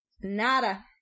Nada